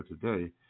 today